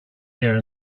here